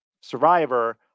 Survivor